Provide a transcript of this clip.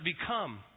become